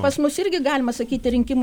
pas mus irgi galima sakyti rinkimų